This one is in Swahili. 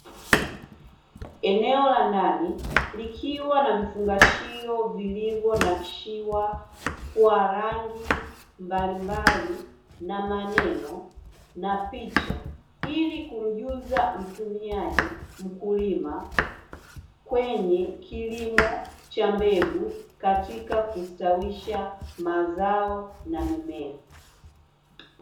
Eneo la ndani likiwa na vifungashio vilivyo nakishiwa kwa rangi mbalimbali na maneno na picha, ili kumjuza mtumiaji mkulima kwenye kilimo cha mbegu katika kustawisha mazao na mimea.